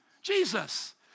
Jesus